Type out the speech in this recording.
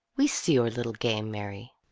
we see your little game, mary.